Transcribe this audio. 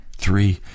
three